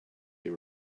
they